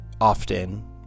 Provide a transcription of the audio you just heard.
often